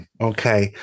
Okay